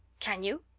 can you?